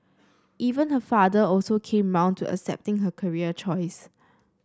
even her father also came round to accepting her career choice